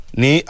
ni